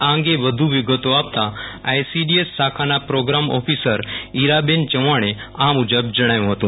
આ અંગે વધુ વિગતો આપતા આઈસીડીએસ શાખાના પ્રોગ્રામ ઓફિસર ઈરાબેન ચૌહાણે આ આ મુજબ જણાવ્યું હતું